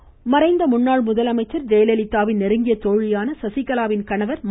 நடராஜன் மறைந்த முன்னாள் முதலமைச்சர் ஜெயலலிதாவின் நெருங்கிய தோழியான சசிகலாவின் கணவர் ம